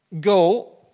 go